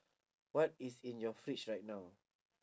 what is in your fridge right now